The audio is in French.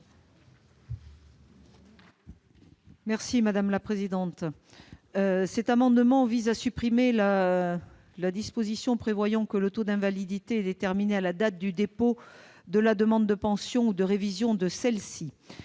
d'État. Le présent amendement vise à supprimer les dispositions prévoyant que le taux d'invalidité est déterminé à la date du dépôt de la demande de pension ou de révision de celle-ci.